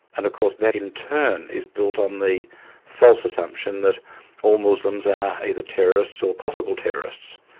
and of course that in turn is built on the false assumption that all muslims are either terrorists or possible terrorists.